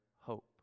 hope